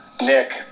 Nick